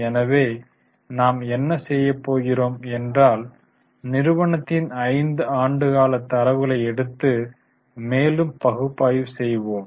எனவே நாம் என்ன செய்ய போகிறோம் என்றால் நிறுவனத்தின் 5 ஆண்டுகால தரவுகளை எடுத்து மேலும் பகுப்பாய்வு செய்வோம்